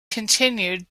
continued